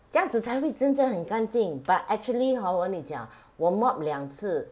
这样子才会真正很干净 but actually hor 我跟你讲我 mop 两次